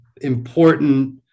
important